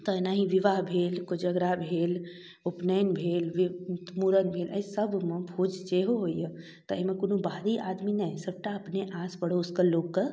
तऽ एनाहिए विवाह भेल कोजागरा भेल उपनयन भेल मूड़न भेल एहिसबमे भोज सेहो होइए तऽ एहिमे कोनो बाहरी आदमी नहि सबटा अपने आसपड़ोसके लोकके